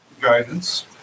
Guidance